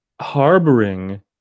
harboring